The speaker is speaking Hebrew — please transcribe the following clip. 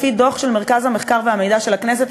לפי דוח של מרכז המחקר והמידע של הכנסת,